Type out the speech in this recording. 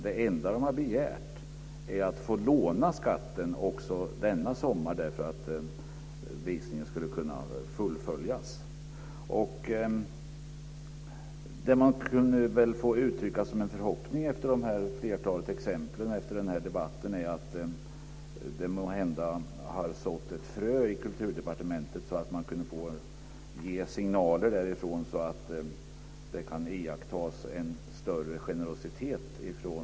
Det enda de har begärt är att få låna skatten också denna sommar så att visningen skulle kunna fullföljas. Efter de här flertalet exempel och efter den här debatten vill jag uttrycka en förhoppning om att det må hända har sått ett frö i Kulturdepartementet för att ge signaler därifrån så att det kan iakttas en större generositet ifrån